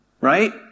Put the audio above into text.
right